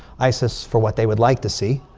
isis for what they would like to see.